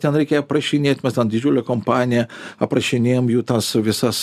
ten reikia aprašinėt mes ten didžiulė kompanija aprašinėjam jų tas visas